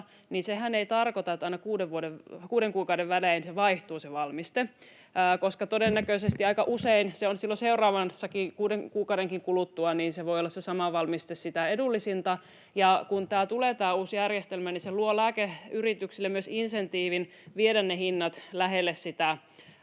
niin sehän ei tarkoita, että aina kuuden kuukauden välein vaihtuu se valmiste, koska todennäköisesti aika usein silloin seuraavankin kuuden kuukauden kuluttua voi olla se sama valmiste sitä edullisinta. Kun tulee tämä uusi järjestelmä, niin se luo lääkeyrityksille myös insentiivin viedä ne hinnat lähelle pohjahintaa,